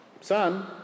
Son